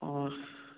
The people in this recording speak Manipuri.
ꯑꯁ